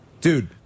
Dude